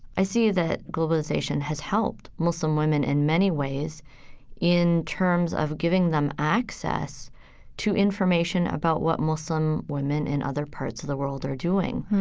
i see that globalization has helped muslim women in many ways in terms of giving them access to information about what muslim women in other parts of the world are doing.